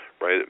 right